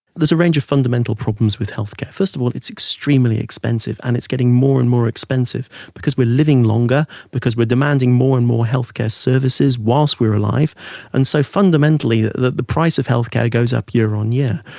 there's a range of fundamental problems with health care. first of all, it's extremely expensive and it's getting more and more expensive because we're living longer, because we're demanding more and more health care services while so we're alive and so fundamentally the the price of health care goes up year on year.